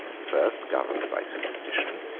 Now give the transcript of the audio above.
the first governed by superstition,